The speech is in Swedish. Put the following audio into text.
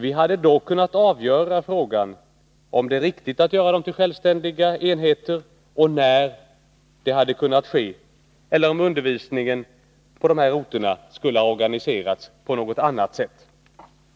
Vi hade då kunnat avgöra frågan huruvida det är riktigt att göra dem till självständiga enheter och när detta hade kunnat ske, eller om undervisningen på de här orterna skulle ha organiserats på något annat sätt. Herr talman!